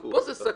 גם פה זה סכנה.